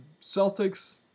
Celtics